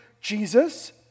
Jesus